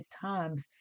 times